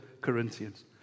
Corinthians